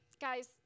Guys